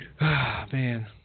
Man